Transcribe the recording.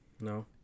No